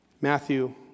Matthew